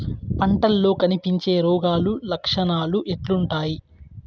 పంటల్లో కనిపించే రోగాలు లక్షణాలు ఎట్లుంటాయి?